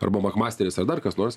arba machmasteris ar dar kas nors